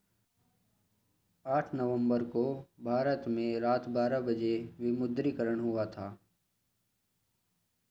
आठ नवम्बर को भारत में रात बारह बजे विमुद्रीकरण हुआ था